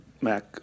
Mac